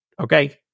okay